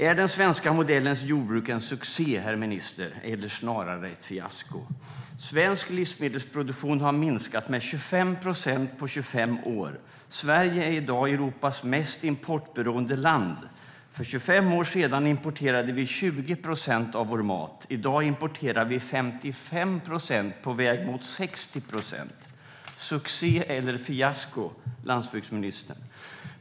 Är den svenska modellens jordbruk en succé, herr minister, eller snarare ett fiasko? Svensk livsmedelsproduktion har minskat med 25 procent på 25 år. Sverige är i dag Europas mest importberoende land. För 25 år sedan importerade vi 20 procent av vår mat. I dag importerar vi 55 procent och är på väg mot 60 procent. Succé eller fiasko, landsbygdsministern?